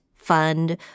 Fund